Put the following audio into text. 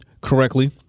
correctly